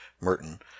Merton